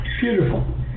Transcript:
beautiful